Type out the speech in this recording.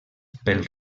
pel